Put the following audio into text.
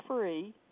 free